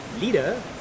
leader